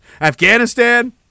Afghanistan